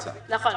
נכון,